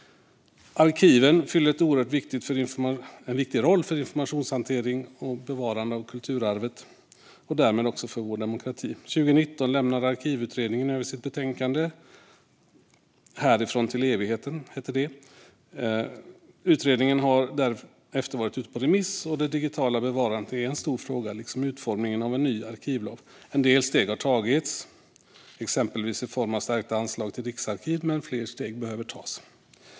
Arkiven fyller en oerhört viktig roll för informationshantering och bevarande av kulturarvet och därmed också för vår demokrati. År 2019 lämnade Arkivutredningen över sitt betänkande Härifrån till evigheten . Betänkandet har därefter varit ute på remiss. Det digitala bevarandet är en stor fråga, liksom utformningen av en ny arkivlag. En del steg har tagits, exempelvis i form av stärkta anslag till Riksarkivet, men fler steg behöver tas.